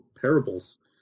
parables